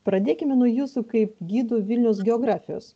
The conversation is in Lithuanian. pradėkime nuo jūsų kaip gidų vilniaus geografijos